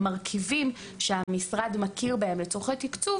המרכיבים שהמשרד מכיר בהם לצורכי תקצוב